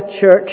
church